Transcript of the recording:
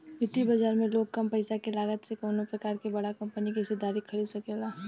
वित्तीय बाजार में लोग कम पईसा के लागत से कवनो प्रकार के बड़ा कंपनी के हिस्सेदारी खरीद सकेला